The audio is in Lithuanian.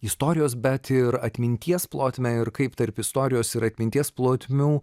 istorijos bet ir atminties plotmę ir kaip tarp istorijos ir atminties plotmių